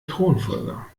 thronfolger